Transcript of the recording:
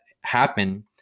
happen